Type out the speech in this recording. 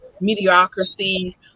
mediocrity